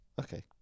Okay